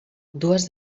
dues